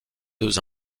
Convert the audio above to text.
deux